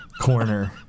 corner